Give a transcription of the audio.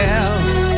else